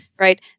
right